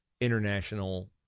International